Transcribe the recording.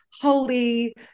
holy